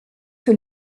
que